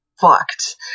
fucked